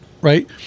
right